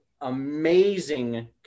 amazing